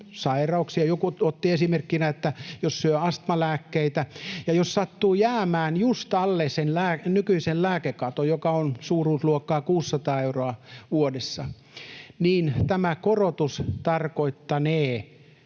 joku otti esimerkkinä, että jos syö astmalääkkeitä ja jos sattuu jäämään just alle sen nykyisen lääkekaton, joka on suuruusluokkaa 600 euroa vuodessa — tämä korotus tarkoittanee